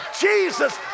Jesus